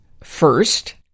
First